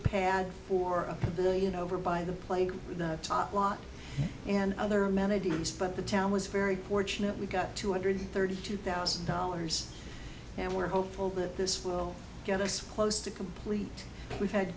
pad for a billion over by the plague top lot and other amenities but the town was very fortunate we got two hundred thirty two thousand dollars and we're hopeful that this will get us close to complete we've had